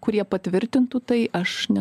kurie patvirtintų tai aš ne